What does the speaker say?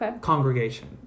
congregation